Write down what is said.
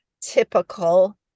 Typical